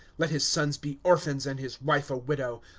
let his sons be orphans, and his wife a widow.